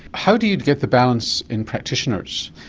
how do you get the balance in practitioners?